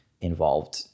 involved